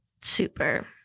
Super